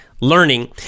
Learning